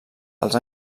als